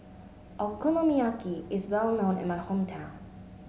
Okonomiyaki is well known in my hometown